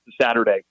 Saturday